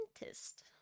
dentist